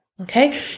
Okay